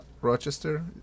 Rochester